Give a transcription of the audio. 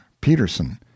Peterson